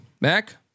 Mac